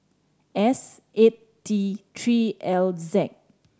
S eight T Three L Z